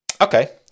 okay